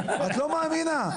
את לא מאמינה.